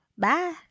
bye